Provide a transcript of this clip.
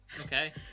Okay